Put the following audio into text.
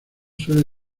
suele